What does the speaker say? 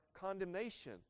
condemnation